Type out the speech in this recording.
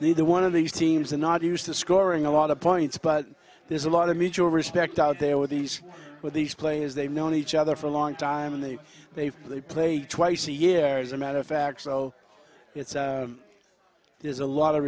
yards either one of these teams are not used to scoring a lot of points but there's a lot of mutual respect out there with these with these players they've known each other for a long time and they they they play twice a year as a matter of fact so there's a lot of